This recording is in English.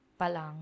palang